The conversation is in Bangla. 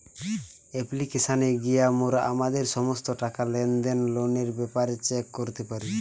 অ্যাপ্লিকেশানে গিয়া মোরা আমাদের সমস্ত টাকা, লেনদেন, লোনের ব্যাপারে চেক করতে পারি